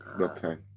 Okay